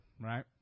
right